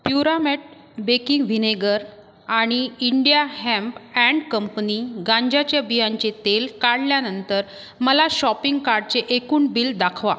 प्युरामेट baking vinegar आणि India hemp and company गांज्याच्या बियांचे तेल काढल्यानंतर मला शॉपिंग कार्टचे एकूण बिल दाखवा